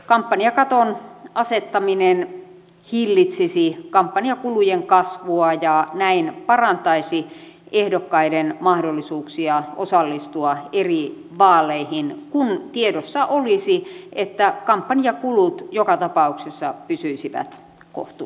kampanjakaton asettaminen hillitsisi kampanjakulujen kasvua ja näin parantaisi ehdokkaiden mahdollisuuksia osallistua eri vaaleihin kun tiedossa olisi että kampanjakulut joka tapauksessa pysyisivät kohtuullisina